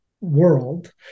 world